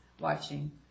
watching